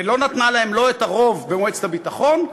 ולא נתנה להם את הרוב במועצת הביטחון,